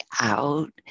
out